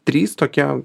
trys tokie